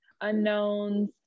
unknowns